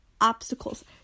obstacles